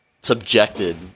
subjected